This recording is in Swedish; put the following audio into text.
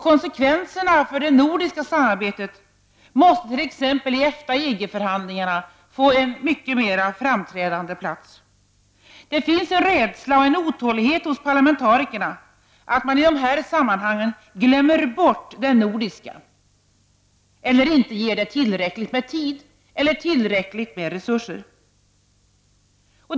Konsekvenserna för det nordiska samarbetets del måste få en mycket mer framträdande plats i t.ex. EFTA-EG-förhandlingarna. Det finns en rädsla, och även en otålighet, hos parlamentarikerna för att man i dessa sammanhang skall glömma bort det nordiska eller för att man inte skall ge det nordiska tillräckligt med tid eller resurser.